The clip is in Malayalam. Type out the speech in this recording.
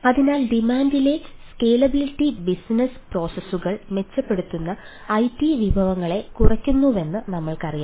അതിനാൽ ഡിമാൻഡിലെ സ്കേലബിളിറ്റി ബിസിനസ്സ് പ്രോസസ്സുകൾ മെച്ചപ്പെടുത്തുന്ന ഐടി വിഭവങ്ങളെ കുറയ്ക്കുന്നുവെന്ന് നമ്മൾക്കറിയാം